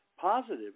positive